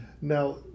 Now